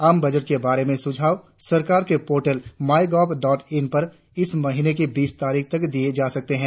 आम बजट के बारे में सुझाव सरकार के portal my gov dot in पर इस महीने की बीस तारीख तक दिये जा सकते हैं